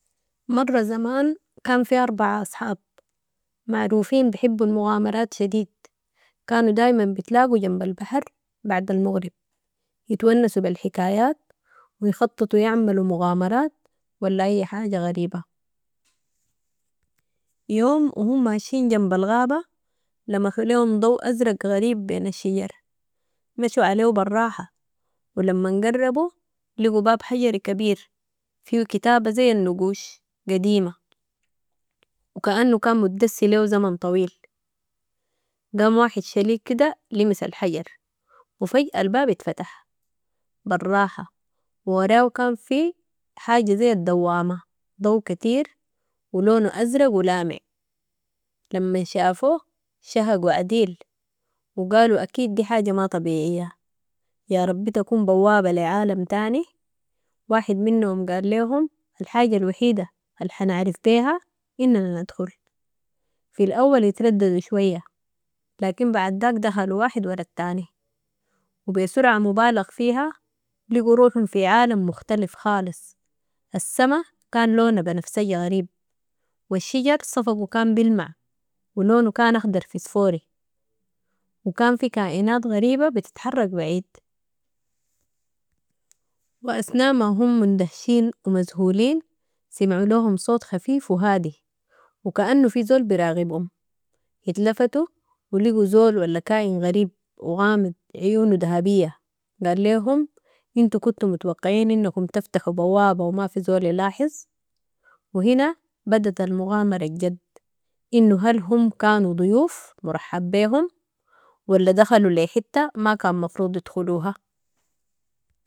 مرة زمان كان في أربعة أصحاب، معروفين بحبوا المغامرات شديد. كانوا دايماً بتلاقوا جنب البحر بعد المغرب يتونسوا بالحكايات ويخططوا يعملوا مغامرات ولا أي حاجة غريبة، يوم و هم ماشيين جنب الغابة لمحوا ليهم ضوء أزرق غريب بين الشجر مشوا عليهو براحة، ولما قربوا لقوا باب حجري كبير فيهو كتابة زي النقوش قديمة. وكأنهو كان مدسي ليهو زمن طويل. قام واحد شليق كده لمس الحجر وفجأة الباب اتفتح براحة. و وراو كان في حاجة زي الدوامة ضوء كتير ولونو ازرق ولامع، لمن شافوه شهقوا عديل وقالوا اكيد دي حاجة ما طبيعية. يا ربي تكون بوابة لعالم تاني. واحد منهم قال ليهم الحاجة الوحيدة الحنعرف بيها اننا ندخل. في الاول اترددوا شوية لكن بعد داك دخلوا واحد ورا التاني وبسرعه مبالغ فيها لقوا روحهم في عالم مختلف خالص ،السماء كان لونها بنفسجي غريب والشجر صفقو كان بلمع ولونو كان أخضر في فسفوري وكان في كائنات غريبة بتتحرك بعيد وأثناء ما هم مندهشين ومزهولين سمعوا لهم صوت خفيف وهادي وكأنو في زول براقبهم، اتلفتوا ولقوا زول ولا كائن غريب وغامض عيونو دهبيه قال لهم أنتوا كنتو متوقعين انكم تفتحوا بوابة وما في زول يلاحظ، وهنا بدت المغامرة الجد. انو هل هم كانوا ضيوف مرحب بيهم ولا دخلوا لي حتة ما كان مفروض يدخلوها.